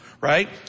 right